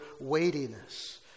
weightiness